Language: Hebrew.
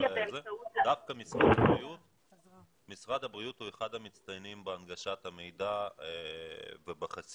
דווקא משרד הבריאות הוא אחד המצטיינים בהנגשת המידע ובחשיפה,